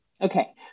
Okay